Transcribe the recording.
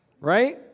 right